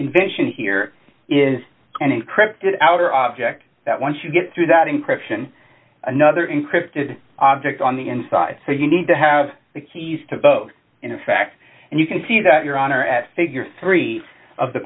invention here is an encrypted outer object that once you get through that encryption another encrypted object on the inside so you need to have the keys to vote in effect and you can see that your honor at figure three of the